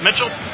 Mitchell